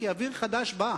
כי אוויר חדש בא,